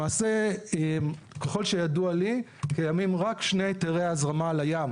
למעשה ככל שידוע לי קיימים רק שני היתרי הזרמה לים,